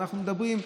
אנחנו מדברים,